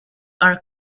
are